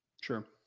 Sure